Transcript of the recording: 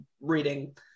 reading